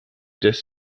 des